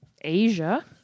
Asia